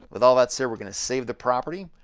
with all that said, we're gonna save the property,